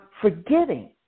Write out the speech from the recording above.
forgetting